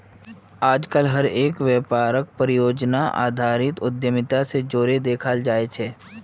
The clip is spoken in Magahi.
आजकल हर एक व्यापारक परियोजनार आधारित उद्यमिता से जोडे देखाल जाये छे